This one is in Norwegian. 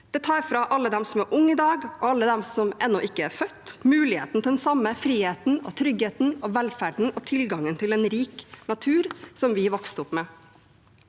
Det tar fra alle de som er unge i dag, og alle de som ennå ikke er født, muligheten til den samme friheten, tryggheten, velferden og tilgangen til rik natur som vi vokste opp med.